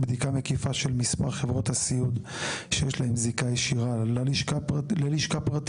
בדיקה מקיפה של מספר חברות הסיעוד שיש להן זיקה ישירה ללשכה פרטית.